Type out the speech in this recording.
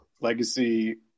legacy